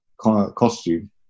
Costume